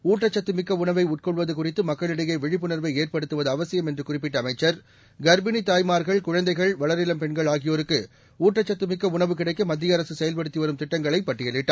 ஊட்டச்சத்து மிக்க உணவை உட்கொள்வது குறித்து மக்களிடையே விழிப்புணர்வை ஏற்படுத்துவது அவசியம் என்று குறிப்பிட்ட அமைச்சர் கர்ப்பிணித் தாய்மார்கள் குழந்தைகள் வளரிளம் பெண்கள் ஆகியோருக்கு ஊட்டச்சத்தமிக்க உணவு கிடைக்க மத்திய அரசு செயல்படுத்தி வரும் திடடங்களை பட்டியலிட்டார்